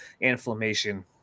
inflammation